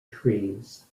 trees